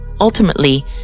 Ultimately